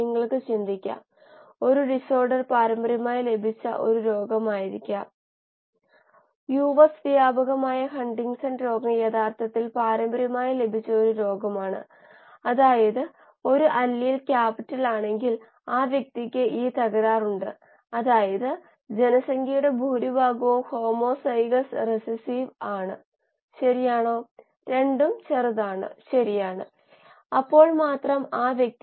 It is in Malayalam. അതിനാൽ നെഗറ്റീവ് മൂല്യം യഥാർത്ഥത്തിൽ സൂചിപ്പിക്കുന്നത് പദാർത്ഥത്തിന് ദാനം ചെയ്യുന്നതിനുപകരം ഇലക്ട്രോണുകളെ സ്വീകരിക്കാൻ കഴിയും എന്നാണ്